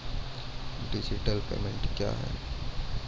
Digital payment क्या हैं?